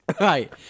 Right